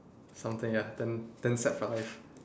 something ya then then set for life